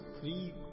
three